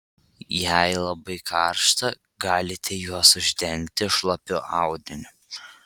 jei labai karšta galite juos uždengti šlapiu audiniu